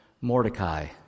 Mordecai